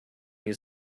you